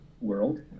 world